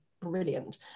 brilliant